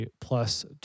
plus